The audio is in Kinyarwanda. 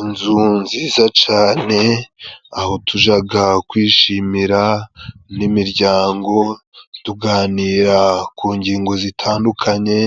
Inzu nziza cane aho tujaga kwishimira n'imiryango, tuganira ku ngingo zitandukanye,